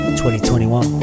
2021